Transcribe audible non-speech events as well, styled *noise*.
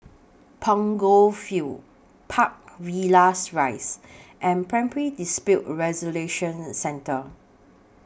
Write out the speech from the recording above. Punggol Field Park Villas Rise *noise* and Primary Dispute Resolution Centre